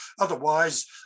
Otherwise